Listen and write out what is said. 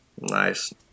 Nice